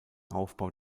aufbau